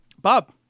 Bob